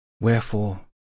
Wherefore